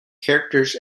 characters